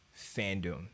fandom